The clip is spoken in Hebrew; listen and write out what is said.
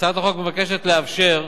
הצעת החוק מבקשת לאפשר,